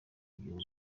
w’igihugu